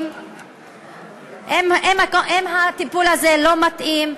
אם הטיפול הזה לא מתאים,